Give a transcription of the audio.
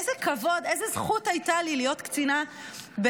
איזה כבוד, איזו זכות הייתה לי להיות קצינה בצה"ל.